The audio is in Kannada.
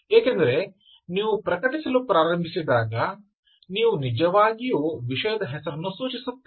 ಏಕೆಂದರೆ ನೀವು ಪ್ರಕಟಿಸಲು ಪ್ರಾರಂಭಿಸಿದಾಗ ನೀವು ನಿಜವಾಗಿಯೂ ವಿಷಯದ ಹೆಸರನ್ನು ಸೂಚಿಸುತ್ತಿಲ್ಲ